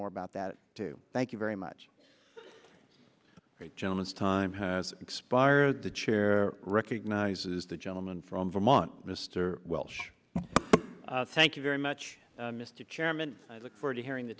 more about that too thank you very much gentleness time has expired the chair recognizes the gentleman from vermont mr welch thank you very much mr chairman i look forward to hearing the